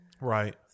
Right